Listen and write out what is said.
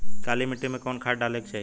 काली मिट्टी में कवन खाद डाले के चाही?